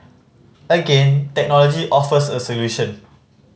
again technology offers a solution